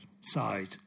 side